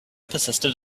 persisted